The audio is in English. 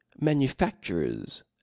manufacturers